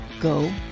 go